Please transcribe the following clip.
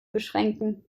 beschränken